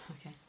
Okay